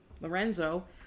Lorenzo